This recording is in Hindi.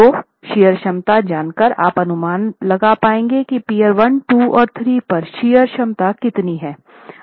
तो शियर क्षमता जानकर आप अनुमान लगा पाएंगे कि पीअर 1 2 और 3 पर शियर क्षमता कितनी है